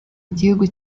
igihugu